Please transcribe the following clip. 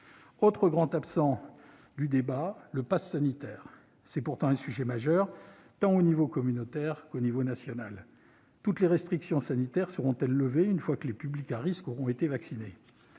Autre grand absent du discours présidentiel, le pass sanitaire. C'est pourtant un sujet majeur, aux niveaux tant communautaire que national. Toutes les restrictions sanitaires seront-elles levées une fois que les publics à risque auront été vaccinés ?